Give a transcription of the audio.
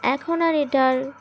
এখন আর এটার